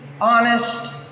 honest